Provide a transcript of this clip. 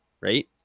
right